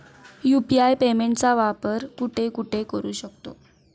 UPI पेमेंटचा वापर कुठे कुठे करू शकतो?